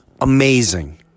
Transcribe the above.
amazing